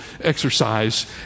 exercise